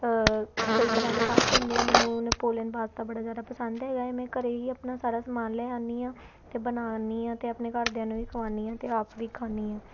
ਕਈ ਤਰ੍ਹਾਂ ਦੇ ਪਾਸਤੇ ਹੁੰਦੇ ਆ ਮੈਨੂੰ ਨੈਪੋਲੀਅਨ ਪਾਸਤਾ ਬੜਾ ਜ਼ਿਆਦਾ ਪਸੰਦ ਹੈਗਾ ਹੈ ਮੈਂ ਘਰ ਹੀ ਆਪਣਾ ਸਾਰਾ ਸਮਾਨ ਲੈ ਆਉਂਦੀ ਹਾਂ ਅਤੇ ਬਣਾਉਂਦੀ ਹਾਂ ਅਤੇ ਆਪਣੇ ਘਰਦਿਆਂ ਨੂੰ ਵੀ ਖਵਾਉਂਦੀ ਹਾਂ ਅਤੇ ਆਪ ਵੀ ਖਾਂਦੀ ਹਾਂ